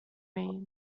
mean